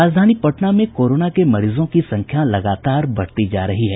राजधानी पटना में कोरोना के मरीजों की संख्या लगातार बढ़ती जा रही है